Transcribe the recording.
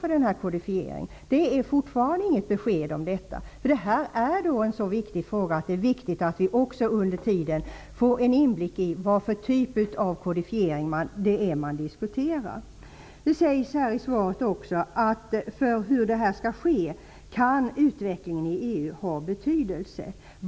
Vi har fortfarande inte fått något besked om detta. Det här är en så viktig fråga att vi under tiden måste få en inblick i vilken typ av kodifiering man diskuterar. Det sägs också i svaret att utvecklingen i EU kan ha betydelse för hur det här skall ske.